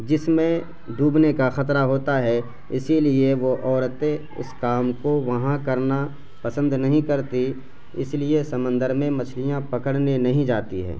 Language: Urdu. جس میں ڈوبنے کا خطرہ ہوتا ہے اسی لیے وہ عورتیں اس کام کو وہاں کرنا پسند نہیں کرتی اس لیے سمندر میں مچھلیاں پکڑنے نہیں جاتی ہے